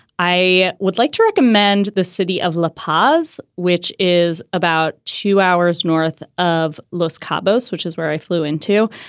i would like to recommend the city of la pau's, which is about two hours north of los cabos, which is where i flew into.